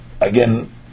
Again